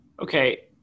Okay